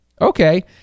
okay